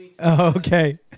Okay